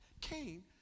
Cain